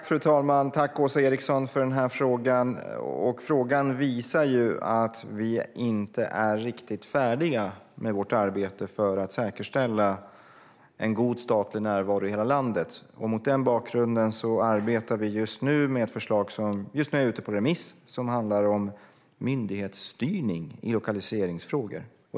Fru talman! Tack, Åsa Eriksson, för frågan! Den visar att vi inte är riktigt färdiga med vårt arbete för att säkerställa en god statlig närvaro i hela landet. Mot den bakgrunden arbetar vi med ett förslag som just nu är ute på remiss och som handlar om myndighetsstyrning i lokaliseringsfrågor.